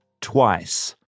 twice